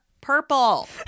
purple